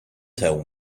tell